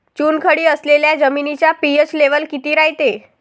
चुनखडी असलेल्या जमिनीचा पी.एच लेव्हल किती रायते?